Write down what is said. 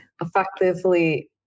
effectively